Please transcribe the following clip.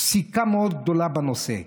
פסיקה מאוד גדולה בנושא.